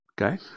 Okay